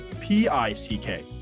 P-I-C-K